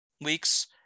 weeks